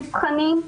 הנבחנים,